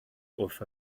wrth